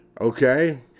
okay